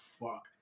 fuck